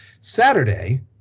Saturday